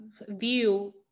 view